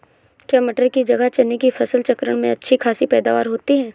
क्या मटर की जगह चने की फसल चक्रण में अच्छी खासी पैदावार होती है?